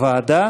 לוועדה,